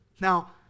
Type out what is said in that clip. Now